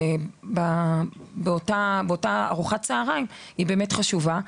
שניתנת לארוחת הצהרים היא חשובה.